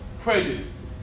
prejudices